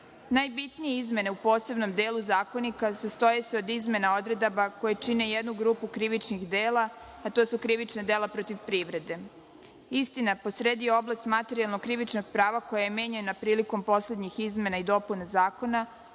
Najbitnije izmene u posebnom delu Zakonika sastoje se od izmena odredaba koje čine jednu grupu krivičnih dela i to su krivična dela protiv privrede. Istina, po sredi je oblast materijalno krivičnog prava koja je menjano prilikom poslednjih izmena i dopuna zakona,